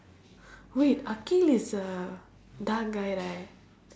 wait akhil is a dark guy right